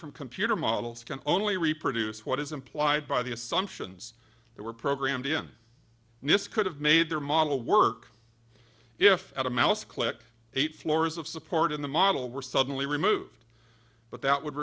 from computer models can only reproduce what is implied by the assumptions they were programmed in and this could have made their model work if at a mouse click eight floors of support in the model were suddenly removed but that would